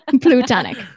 plutonic